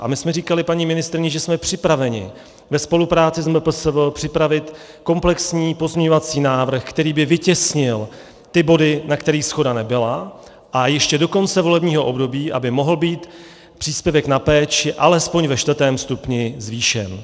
A my jsme říkali paní ministryni, že jsme připraveni ve spolupráci s MPSV připravit komplexní pozměňovací návrh, který by vytěsnil body, na kterých shoda nebyla, a ještě do konce volebního období aby mohl být příspěvek na péči alespoň ve čtvrtém stupni zvýšen.